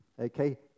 Okay